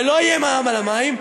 ולא יהיה מע"מ על המים,